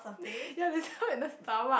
ya stab her in the stomach